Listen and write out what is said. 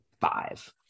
five